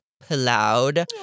plowed